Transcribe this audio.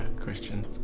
Christian